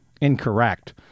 incorrect